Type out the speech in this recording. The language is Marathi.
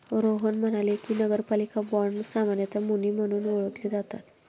रोहन म्हणाले की, नगरपालिका बाँड सामान्यतः मुनी म्हणून ओळखले जातात